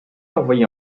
envoyée